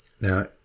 Now